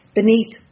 Beneath